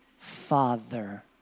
Father